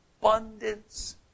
abundance